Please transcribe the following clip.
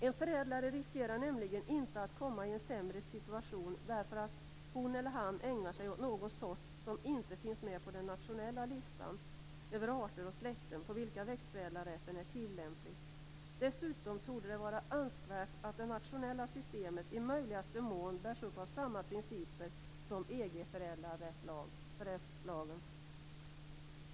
En förädlare riskerar nämligen inte att komma i en sämre situation därför att hon eller han ägnar sig åt någon art som inte finns med den nationella listan över arter och släkten på vilka växtförädlarrätten är tillämplig. Dessutom torde det vara önskvärt att det nationella systemet i möjligaste mån bärs upp av samma principer som EG-växtförädlarrättslagen.